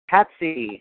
Patsy